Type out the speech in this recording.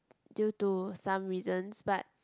due to some reasons but